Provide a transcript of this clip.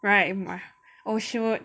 riot mah oh shoot